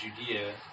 Judea